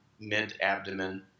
mid-abdomen